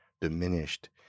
diminished